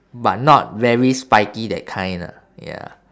but not very spiky that kind ah ya